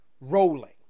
rolling